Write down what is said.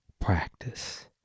practice